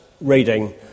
reading